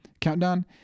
countdown